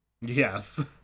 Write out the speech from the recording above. Yes